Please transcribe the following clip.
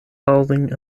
housing